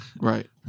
right